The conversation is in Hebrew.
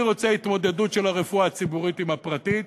אני רוצה התמודדות של הרפואה הציבורית עם הפרטית,